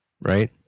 right